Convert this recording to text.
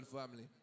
family